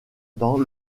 dans